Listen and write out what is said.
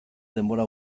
denbora